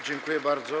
Dziękuję bardzo.